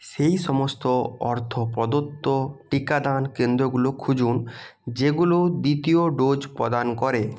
সেই সমস্ত অর্থ প্রদত্ত টিকাদান কেন্দ্রগুলো খুঁজুন যেগুলো দ্বিতীয় ডোজ প্রদান করে